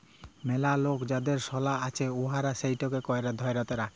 ম্যালা লক যাদের সলা আছে উয়ারা সেটকে ধ্যইরে রাখে